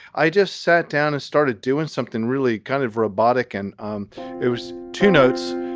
i just sat down and started doing something really kind of robotic and um it was two notes.